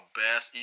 best